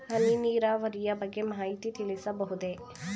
ಹನಿ ನೀರಾವರಿಯ ಬಗ್ಗೆ ಮಾಹಿತಿ ತಿಳಿಸಬಹುದೇ?